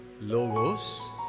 logos